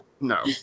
no